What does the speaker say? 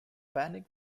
panic